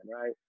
right